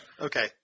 Okay